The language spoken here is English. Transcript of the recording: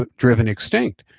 ah driven extinct.